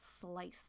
sliced